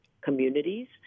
communities